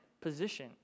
position